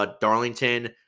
Darlington